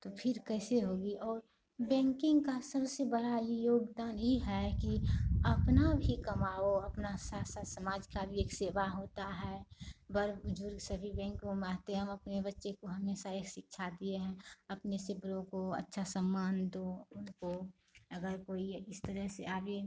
तो फिर कैसे होगा और बैंकिन्ग का सबसे बड़ा ही योगदान यह है कि अपना भी कमाओ अपने साथ साथ समाज की भी एक सेवा होती है बड़े बुजुर्ग सभी बैंकों में आते हैं हम अपने बच्चे को हमेशा यह शिक्षा दिए हैं अपने से बड़ों को अच्छा सम्मान दो उनको अगर कोई इस तरह से आएँ